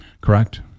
Correct